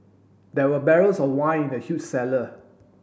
there were barrels of wine in the huge cellar